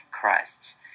Christ